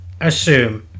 assume